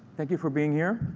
thank you for being here.